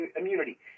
immunity